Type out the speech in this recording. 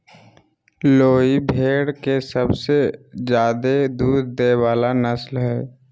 लोही भेड़ के सबसे ज्यादे दूध देय वला नस्ल हइ